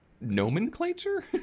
Nomenclature